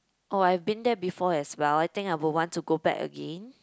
oh I been there before as well I think I will want to go back again